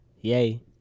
Yay